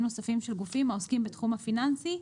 נוספים של גופים העוסקים בתחום הפיננסי,